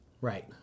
Right